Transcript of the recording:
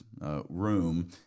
room